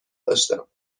داشتم